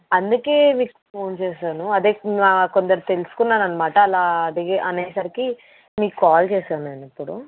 అందుకని మీకు ఫోన్ చేశాను అదే ఇలా కొందరు తెలుసుకున్నాను అన్నమాట అలా అడిగి అనేసరికి మీకు కాల్ చేశాను నేను ఇప్పుడు